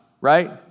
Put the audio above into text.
Right